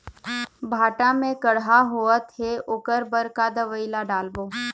भांटा मे कड़हा होअत हे ओकर बर का दवई ला डालबो?